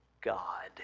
God